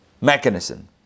mechanism